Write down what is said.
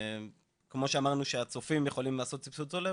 כמו שאמרנו שהצופים יכולים לעשות סבסוד צולב,